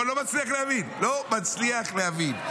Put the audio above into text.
פה אני לא מצליח להבין, לא מצליח להבין.